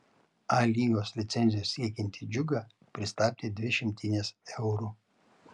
a lygos licencijos siekiantį džiugą pristabdė dvi šimtinės eurų